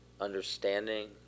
understanding